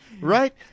Right